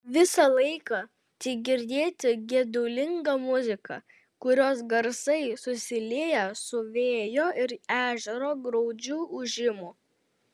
visą laiką tik girdėti gedulinga muzika kurios garsai susilieja su vėjo ir ežero graudžiu ūžimu